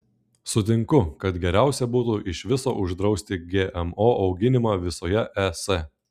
sutinku kad geriausia būtų iš viso uždrausti gmo auginimą visoje es